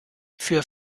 für